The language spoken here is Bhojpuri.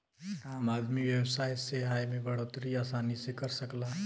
आम आदमी व्यवसाय से आय में बढ़ोतरी आसानी से कर सकला